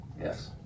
Yes